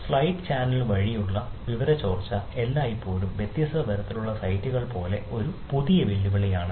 side channel വഴിയുള്ള വിവര ചോർച്ച ഇപ്പോഴും വ്യത്യസ്ത തരത്തിലുള്ള സൈറ്റുകൾ പോലെ ഒരു വലിയ വെല്ലുവിളിയാണ്